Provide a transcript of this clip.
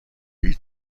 هیچ